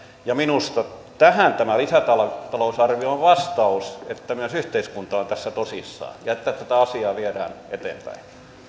ja minusta tähän tämä lisätalousarvio on vastaus että myös yhteiskunta on tässä tosissaan ja että tätä asiaa viedään eteenpäin